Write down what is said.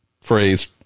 phrase